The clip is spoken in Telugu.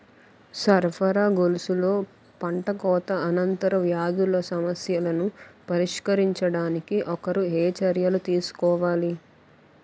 సరఫరా గొలుసులో పంటకోత అనంతర వ్యాధుల సమస్యలను పరిష్కరించడానికి ఒకరు ఏ చర్యలు తీసుకోవాలి?